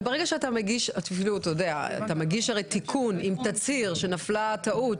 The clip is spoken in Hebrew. אבל ברגע שאתה מגיע תיקון עם תצהיר שנפלה טעות,